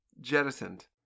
jettisoned